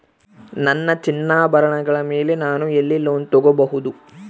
ನನ್ನ ಚಿನ್ನಾಭರಣಗಳ ಮೇಲೆ ನಾನು ಎಲ್ಲಿ ಲೋನ್ ತೊಗೊಬಹುದು?